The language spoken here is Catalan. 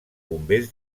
bombers